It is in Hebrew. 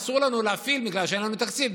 אסור לנו להפעיל בגלל שאין לנו תקציב,